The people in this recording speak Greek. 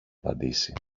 απαντήσει